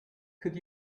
could